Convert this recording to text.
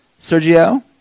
Sergio